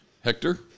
Hector